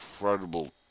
incredible